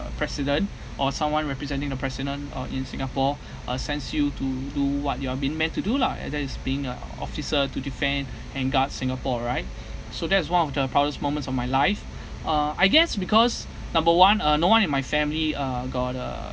president or someone representing the president or in singapore uh sends you to do what you are being meant to do lah ah that is being a officer to defend and guard singapore right so that is one of the proudest moments of my life uh I guess because number one uh no one in my family uh got uh